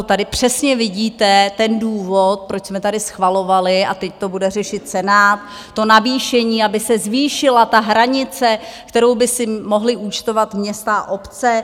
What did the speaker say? Tady přesně vidíte ten důvod, proč jsme tady schvalovali, a teď to bude řešit Senát, to navýšení, aby se zvýšila ta hranice, kterou by si mohla účtovat města a obce.